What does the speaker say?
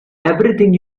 everything